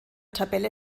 tabelle